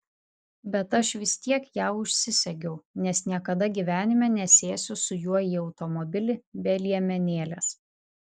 bet aš vis tiek ją užsisegiau nes niekada gyvenime nesėsiu su juo į automobilį be liemenėlės